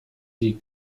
die